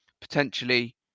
potentially